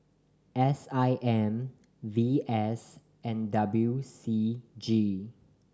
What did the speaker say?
S I M V S and W C G